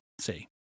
See